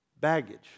baggage